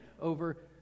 over